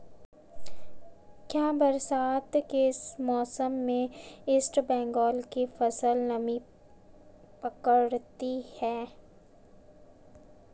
क्या बरसात के मौसम में इसबगोल की फसल नमी पकड़ती है?